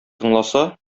тыңласа